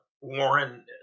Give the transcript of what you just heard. warren